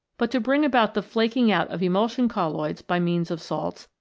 but to bring about the flaking out of emulsion colloids by means of salts,